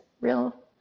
Real